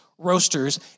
roasters